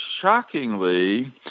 shockingly